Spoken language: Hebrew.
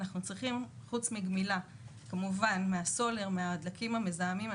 אנחנו צריכים חוץ מגמילה כמובן מהסולר והדלקים המזהמים,